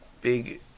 Big